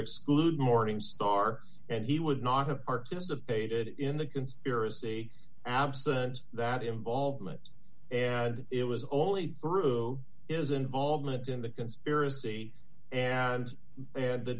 exclude morningstar and he would not have participated in the conspiracy absent that involvement and it was only through is involvement in the conspiracy and